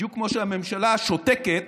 בדיוק כמו שהממשלה שותקת